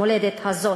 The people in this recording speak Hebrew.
המולדת הזאת.